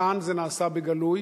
כאן זה נעשה בגלוי,